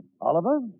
Oliver